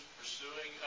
pursuing